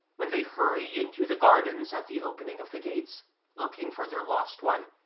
when they hurry into the gardens at the opening of the gates looking for their lost one,